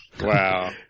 Wow